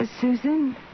Susan